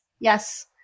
Yes